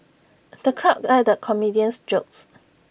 the crowd guffawed at the comedian's jokes